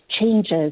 changes